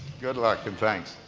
good luck and thanks.